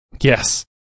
Yes